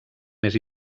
més